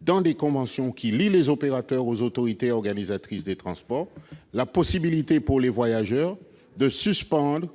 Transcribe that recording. dans les conventions qui lient les opérateurs aux autorités organisatrices de transport, la possibilité, pour les voyageurs, de suspendre